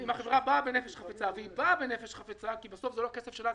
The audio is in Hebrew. ואם החברה באה בנפש חפצה והיא באה בנפש חפצה כי בסוף זה לא כסף שלה,